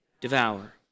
devour